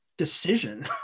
Decision